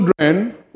Children